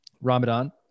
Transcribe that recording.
Ramadan